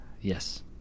Yes